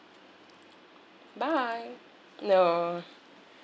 bye no